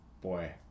Boy